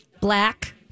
Black